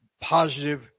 positive